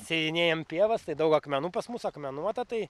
sėjinėjam pievas tai daug akmenų pas mus akmenuota tai